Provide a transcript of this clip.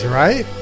right